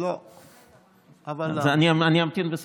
אדוני